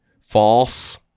false